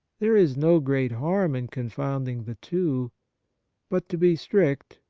there is no great harm in confounding the two but to be strict,